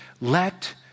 Let